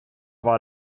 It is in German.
war